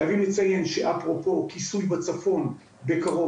חייבים לציין שאפרופו כיסוי בצפון בקרוב